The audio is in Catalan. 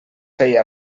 feia